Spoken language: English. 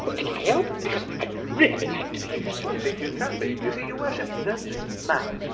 but can i help? because i'd really like to be useful. i think you can be. you see, your worship, there's this man.